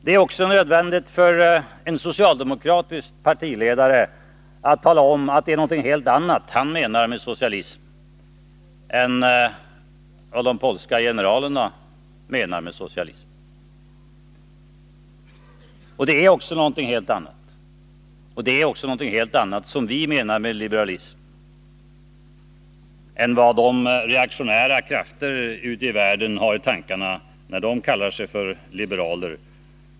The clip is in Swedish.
Det är också nödvändigt för en socialdemokratisk partiledare att tala om att det är någonting helt annat som han menar med socialism än vad de polska generalerna menar med socialism. Det är också något helt annat. Och det är också något helt annat som vi menar med liberalism än vad de reaktionära krafterna ute i världen har i tankarna, när de kallar sig för liberaler.